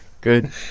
Good